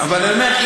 אבל אני אומר,